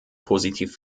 positiv